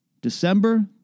December